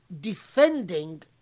defending